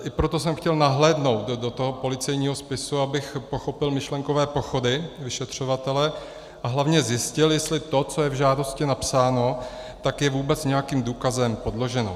I proto jsem chtěl nahlédnout do policejního spisu, abych pochopil myšlenkové pochody vyšetřovatele a hlavně zjistil, jestli to, co je v žádosti napsáno, je vůbec nějakým důkazem podloženo.